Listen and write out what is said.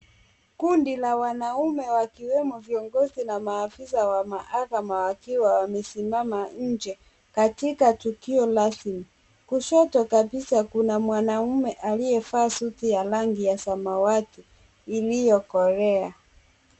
Kundi la wanaume wakiwemo viongozi na maafisa wa mahakama wakiwa wamesimama nje katika tukio rasmi. Kushoto kabisa kuna mwanaume aliyevaa suti ya rangi ya samawati iliyokolea.